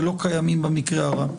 ולא קיימים במקרה הרע.